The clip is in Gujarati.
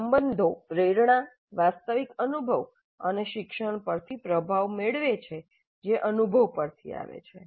આ સંબંધો પ્રેરણા વાસ્તવિક અનુભવ અને શિક્ષણ પરથી પ્રભાવ મેળવે છે જે અનુભવ પરથી આવે છે